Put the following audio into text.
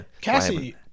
Cassie